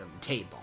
table